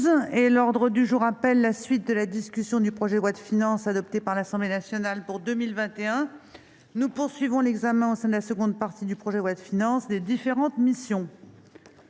est reprise. Nous reprenons la discussion du projet de loi de finances, adopté par l'Assemblée nationale, pour 2021. Nous poursuivons l'examen, au sein de la seconde partie du projet de loi de finances, des différentes missions.